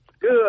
Good